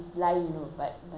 I already told no